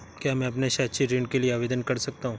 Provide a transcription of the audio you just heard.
क्या मैं अपने शैक्षिक ऋण के लिए आवेदन कर सकता हूँ?